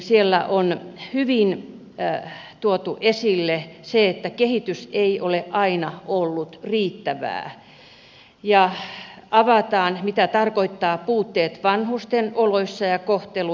siellä on hyvin tuotu esille se että kehitys ei ole aina ollut riittävää ja avataan mitä tarkoittavat puutteet vanhusten oloissa ja kohtelussa